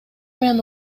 менен